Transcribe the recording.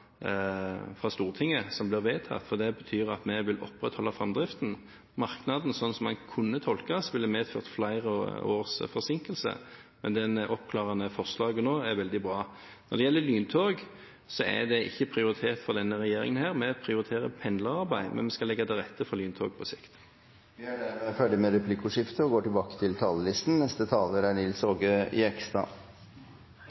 fra Stortinget, og som blir vedtatt. Det betyr at vi vil opprettholde framdriften. Merknaden, slik den kunne tolkes, ville medført flere års forsinkelse. Det oppklarende forslaget nå er veldig bra. Når det gjelder lyntog, er ikke det prioritert av denne regjeringen. Vi prioriterer pendlerarbeid, men vi skal legge til rette for lyntog på sikt. Replikkordskiftet er omme. Når det gjelder proposisjonens forslag innenfor luftfarten, merker vi oss at regjeringen – med samarbeidspartnerne, Kristelig Folkeparti og